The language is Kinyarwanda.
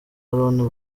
aaron